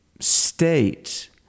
state